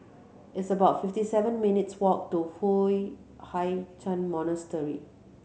it's about fifty seven minutes' walk to Foo Hai Ch'an Monastery